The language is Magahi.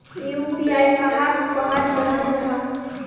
यु.पी.आई कहाक कहाल जाहा जाहा?